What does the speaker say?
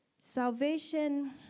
Salvation